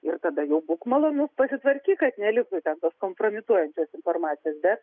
ir tada jau būk malonus pasitvarkyk kad neliktų ten tos kompromituojančios informacijos bet